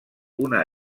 una